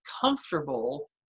comfortable